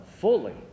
fully